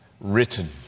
written